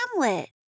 hamlet